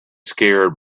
scared